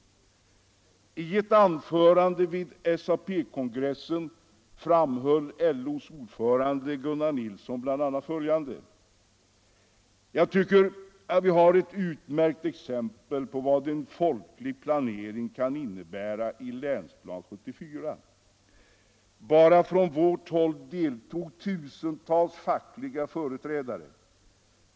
I ett anförande vid SAP-kongressen framhöll LO:s ordförande Gunnar Nilsson bl.a. följande: ”Jag tycker att vi har ett utmärkt exempel på vad en folklig planering kan innebära i Länsplan 74. Bara från vårt håll deltog tusentals fackliga företrädare.